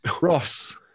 Ross